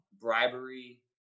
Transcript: bribery